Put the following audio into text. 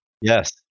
yes